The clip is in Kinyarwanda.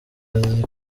azi